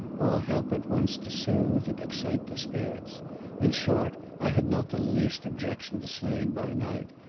all help at once to soothe and excite the spirits in short, i had not the least objection to sleighing by night,